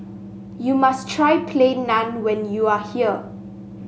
you must try Plain Naan when you are here